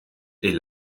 est